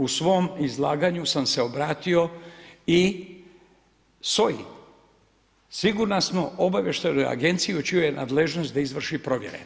U svom izlaganju sam se obratio i SOA-i, sigurnosno-obavještajnoj agenciji u čijoj je nadležnosti da izvrši provjere.